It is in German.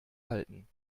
halten